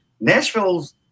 Nashville's